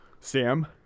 Sam